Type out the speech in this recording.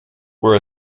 were